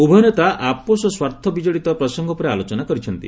ଉଭୟ ନେତା ଆପୋଷ ସ୍ୱାର୍ଥ ବିଜଡ଼ିତ ପ୍ରସଙ୍ଗ ଉପରେ ଆଲୋଚନା କରିଛନ୍ତି